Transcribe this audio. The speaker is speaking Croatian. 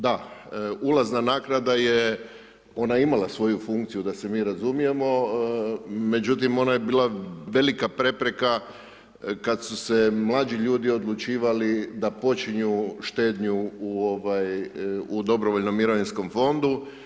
Da, ulazna naknada je, ona je imala svoju funkciju da se mi razumijemo međutim ona je bila velika prepreka kada su se mlađi ljudi odlučivali da počinju štednju u dobrovoljnom mirovinskom fondu.